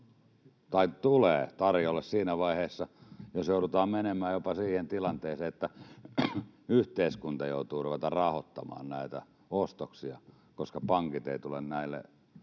tai tulee tarjolle siinä vaiheessa, jos joudutaan menemään jopa siihen tilanteeseen, että yhteiskunta joutuu ruveta rahoittamaan näitä ostoksia, koska pankit eivät tule näihin